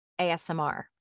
ASMR